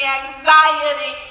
anxiety